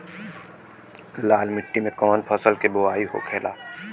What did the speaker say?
लाल मिट्टी में कौन फसल के बोवाई होखेला?